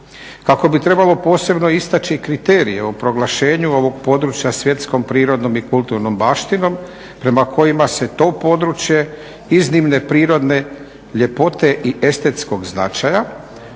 kako bi trebalo posebno istaći kriterije o proglašenju ovog područja svjetskom prirodnom i kulturnom baštinom prema kojima se to područje iznimne prirodne ljepote i estetskog značaja